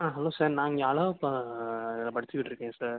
ஆ hello sir நான் இங்கே அழகப்பா இதில் படிச்சுக்கிட்டு இருக்கேன் சார்